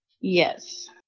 Yes